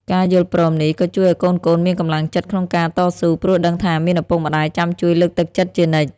ការយល់ព្រមនេះក៏ជួយឱ្យកូនៗមានកម្លាំងចិត្តក្នុងការតស៊ូ ព្រោះដឹងថាមានឪពុកម្ដាយចាំជួយលើកទឹកចិត្តជានិច្ច។